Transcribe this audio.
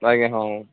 ଆଜ୍ଞା ହଁ